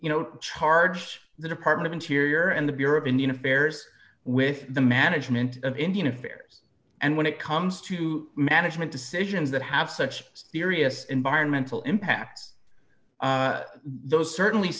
you know charged the department of interior and the bureau of indian affairs with the management of indian affairs and when it comes to management decisions that have such serious environmental impact those certainly